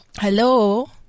Hello